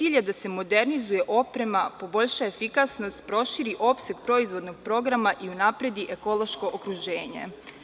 Cilj je da se modernizuje oprema, poboljša efikasnost, proširi opseg proizvodnog programa i unapredi ekološko okruženje.